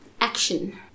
Action